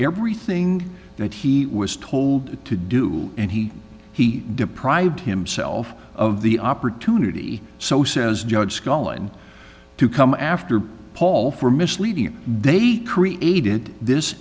everything that he was told to do and he he deprived himself of the opportunity so says judge scullin to come after paul for misleading they created this